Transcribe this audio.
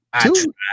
Two